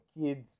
kids